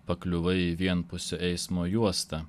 pakliuvai į vienpusio eismo juostą